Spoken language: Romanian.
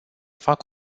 fac